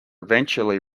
eventually